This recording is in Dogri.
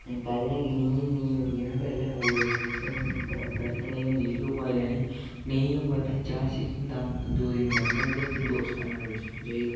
पैह्लैं बैल्ट जेही होंदी ओह् पाई लैनी नेईं होए ते दो दिन जाच सिक्खनी अपने दोस्तैं कन्नै जाना